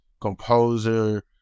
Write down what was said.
composer